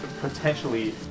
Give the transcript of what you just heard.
potentially